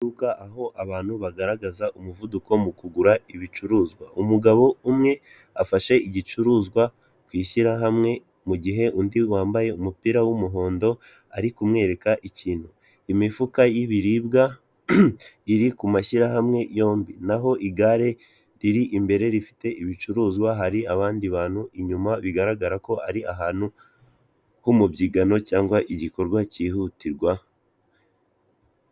Urubuga aho abantu bagaragaza umuvuduko mu kugura ibicuruzwa. Umugabo umwe afashe igicuruzwa ku ishyirahamwe mu gihe undi wambaye umupira w'umuhondo arikumwereka ikintu. Imifuka y'ibiribwa iri ku mashyirahamwe yombi. Naho igare riri imbere rifite ibicuruzwa hari abandi bantu inyuma bigaragara ko ari ahantu h'umubyigano cyangwa igikorwa kihutirwa.